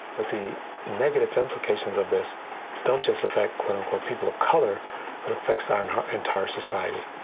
but the negative implications of this don't just affect, quote unquote, people of color but affects our and our entire society.